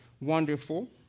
Wonderful